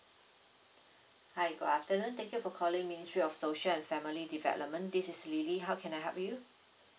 hi good afternoon thank you for calling ministry of social and family development this is L I L Y how can I help you